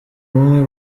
ubumwe